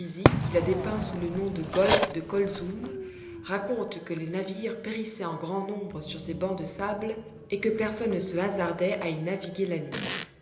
qui la dépeint sous le nom de golfe de colzoum raconte que les navires périssaient en grand nombre sur ses bancs de sable et que personne ne se hasardait à y naviguer la nuit